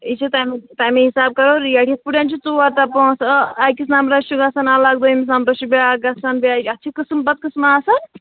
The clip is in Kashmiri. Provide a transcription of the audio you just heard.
یہِ چھُ تَمہِ تَمہِ حِسابہٕ کَرو ریٹ یِتھ پٲٹھۍ چھُ ژور تَہہ پانژھ اہ اَکِس نَمبرَس چھُ گژھان اَلگ دٔیِمِس نَمبرَس چھُ بیٛاکھ گژھان بیٚیہِ اَتھ چھِ قٕسٕم پَتہٕ قٕسٕمہٕ آسان